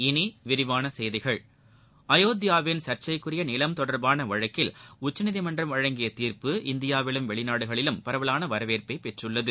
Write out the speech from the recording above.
இனி விரிவான செய்திகள் அயோத்தியாவின் சர்ச்சைக்குரிய நிலம் தொடர்பான வழக்கில் உச்சநீதிமன்றம் வழங்கிய தீர்ப்பு இந்தியாவிலும் வெளிநாடுகளிலும் பரவலான வரவேற்பை பெற்றுள்ளது